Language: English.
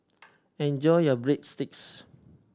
enjoy your Breadsticks